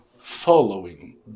following